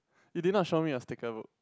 you did not show me a sticker book